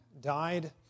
died